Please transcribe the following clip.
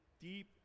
deep